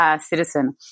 citizen